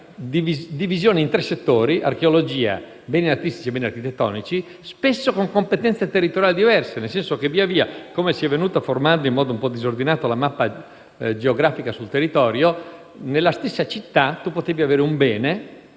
erano divise in tre settori: archeologia, beni artistici e beni architettonici, spesso con competenze territoriali diverse. Per come si è venuta formando in modo disordinato la mappa geografica sul territorio, nella stessa città potevi avere un bene